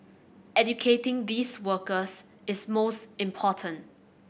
educating these workers is most important